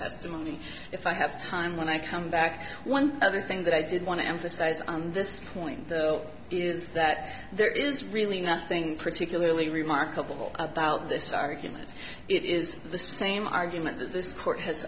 testimony if i have time when i come back one of the things that i did want to emphasize on this point is that there is really nothing particularly remarkable about this argument it is the same argument that this court has